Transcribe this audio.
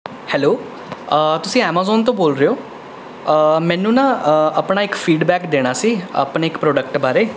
hello ਤੁਸੀਂ Amazon ਤੋਂ ਬੋਲ ਰਹੇ ਹੋ ਮੈਨੂੰ ਨਾ ਆਪਣਾ ਇੱਕ ਫੀਡਬੈਕ ਦੇਣਾ ਸੀ ਆਪਣੇ ਇੱਕ ਪ੍ਰੋਡਕਟ ਬਾਰੇ